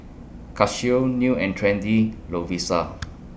Casio New and Trendy Lovisa